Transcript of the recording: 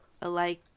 alike